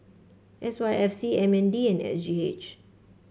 S Y F C M N D and S G H